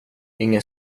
ingen